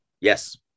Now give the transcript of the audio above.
Yes